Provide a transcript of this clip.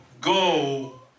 go